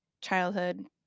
childhood